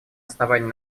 основания